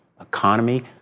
economy